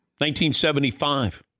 1975